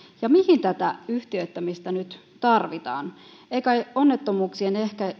ja mihin tätä yhtiöittämistä nyt tarvitaan ei kai onnettomuuksia